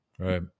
Right